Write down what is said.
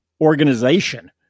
organization